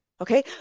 okay